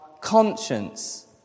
conscience